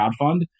crowdfund